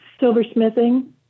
silversmithing